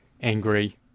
angry